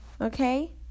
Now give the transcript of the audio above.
Okay